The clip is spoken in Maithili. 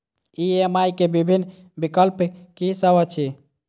ई.एम.आई केँ विभिन्न विकल्प की सब अछि